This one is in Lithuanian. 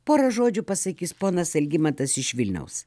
porą žodžių pasakys ponas algimantas iš vilniaus